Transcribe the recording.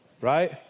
Right